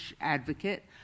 advocate